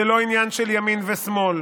זה לא עניין של ימין ושמאל,